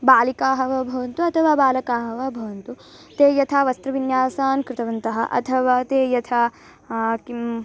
बालिकाः वा भवन्तु अथवा बालकाः वा भवन्तु ते यथा वस्त्रविन्यासान् कृतवन्तः अथवा ते यथा किं